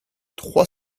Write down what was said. trois